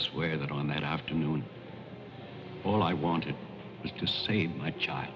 swear that on that afternoon all i wanted to save my child